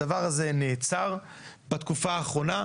הדבר הזה נעצר בתקופה האחרונה.